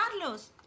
Carlos